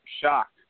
shocked